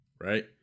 right